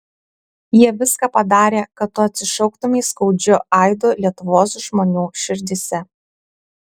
jie viską padarė kad tu atsišauktumei skaudžiu aidu lietuvos žmonių širdyse